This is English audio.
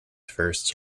first